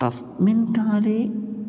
तस्मिन् काले